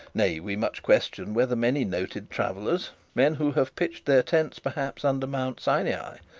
nay, we much question whether many noted travellers, many who have pitched their tents perhaps under mount sinai,